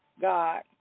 God